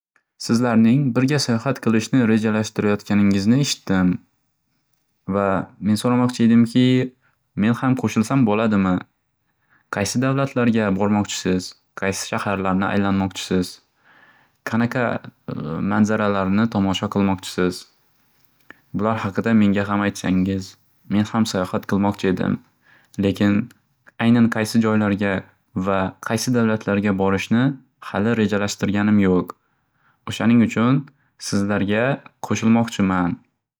Sizlarning birga sayohat qilishni rejalashtirayotganingizni eshitdim va men so'ramoqchi edimki, men ham qo'shilsam bo'ladimi? Qaysi davlatlarga bormoqchisiz? Qaysi shaharlarni aylanmoqchisiz? Qanaqa manzaralarni tomosha qilmoqchisiz? Ular haqida menga ham aytsangiz. Men ham sayohat qilmoqchi edim. Lekin aynan qaysi joylarga va qaysi davlatlarga borishni hali rejalashtirganim yoq. O'shaning uchun sizlarga qo'shilmoqchiman.